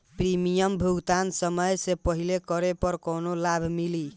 Premium भुगतान समय से पहिले करे पर कौनो लाभ मिली?